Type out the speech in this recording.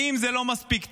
ואם זה לא מספיק ציני,